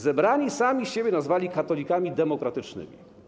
Zebrani sami siebie nazwali katolikami demokratycznymi.